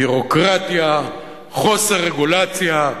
ביורוקרטיה, חוסר רגולציה,